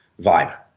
vibe